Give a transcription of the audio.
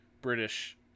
British